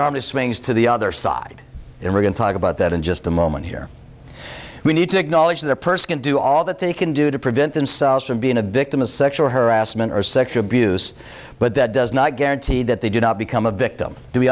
normally swings to the other side then we're going to talk about that in just a moment here we need to acknowledge the person do all that they can do to prevent themselves from being a victim of sexual harassment or sexual abuse but that does not guarantee that they do not become a victim do we